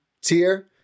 tier